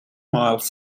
miles